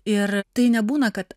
ir tai nebūna kad